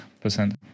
percent